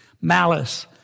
Malice